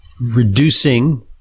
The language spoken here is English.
reducing